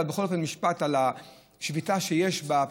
אבל בכל אופן משפט על השביתה של 5,000